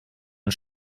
und